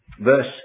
verse